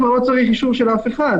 כבר לא צריך אישור של אף אחד.